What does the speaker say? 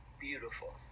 beautiful